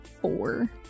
Four